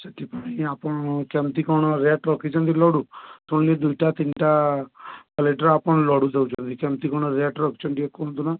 ସେଥିପାଇଁ ଆପଣ କେମିତି କ'ଣ ରେଟ୍ ରଖିଛନ୍ତି ଲଡ଼ୁ ଶୁଣିଲି ଦୁଇଟା ତିନିଟା କ୍ୱାଲିଟିର ଆପଣ ଲଡ଼ୁ ଦେଉଛନ୍ତି କେମିତି କ'ଣ ରେଟ୍ ରଖିଛନ୍ତି ଟିକେ କୁହନ୍ତୁ ନା